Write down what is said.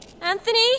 Anthony